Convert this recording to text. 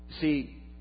See